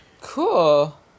cool